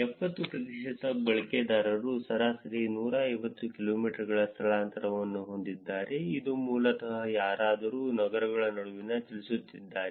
70 ಪ್ರತಿಶತ ಬಳಕೆದಾರರು ಸರಾಸರಿ 150 ಕಿಲೋಮೀಟರ್ಗಳ ಸ್ಥಳಾಂತರವನ್ನು ಹೊಂದಿದ್ದಾರೆ ಇದು ಮೂಲತಃ ಯಾರಾದರೂ ನಗರಗಳ ನಡುವೆ ಚಲಿಸುತ್ತಿದ್ದಾರೆ